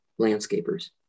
landscapers